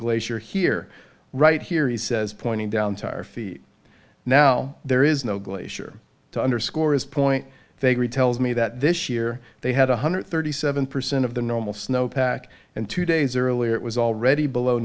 glacier here right here he says pointing down tired feet now there is no glacier to underscore his point they agree tells me that this year they had one hundred thirty seven percent of the normal snow pack and two days earlier it was already below